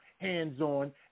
hands-on